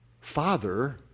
Father